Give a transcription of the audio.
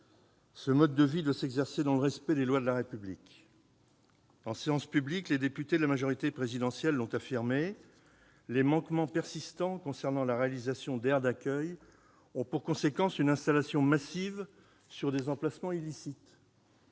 ce mode de vie doit s'exercer dans le respect des lois de la République. En séance publique, les députés de la majorité présidentielle ont affirmé que « les manquements persistants concernant la réalisation d'aires d'accueil ont pour conséquence une installation massive sur des emplacements illicites